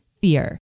fear